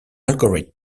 algorithm